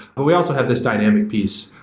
but we also have this dynamic piece,